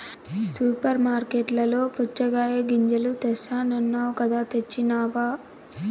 super మార్కట్లలో పుచ్చగాయ గింజలు తెస్తానన్నావ్ కదా తెచ్చినావ